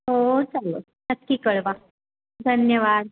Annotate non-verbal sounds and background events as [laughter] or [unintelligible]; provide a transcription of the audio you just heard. हो [unintelligible] नक्की कळवा धन्यवाद